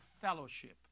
fellowship